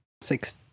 Six